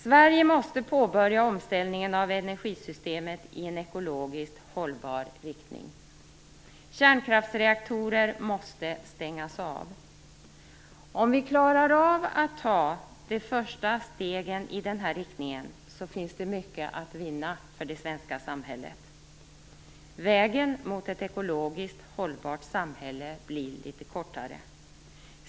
Sverige måste påbörja omställningen av energisystemet i en ekologiskt hållbar riktning. Kärnkraftsreaktorer måste stängas av. Om vi klarar av att ta de första stegen i denna riktning finns det mycket att vinna för det svenska samhället. Vägen mot ett ekologiskt hållbart samhälle blir litet kortare.